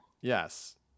yes